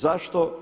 Zašto?